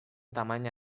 tamaina